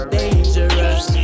dangerous